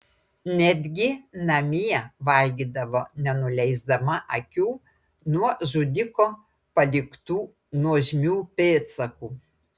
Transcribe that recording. netgi namie valgydavo nenuleisdama akių nuo žudiko paliktų nuožmių pėdsakų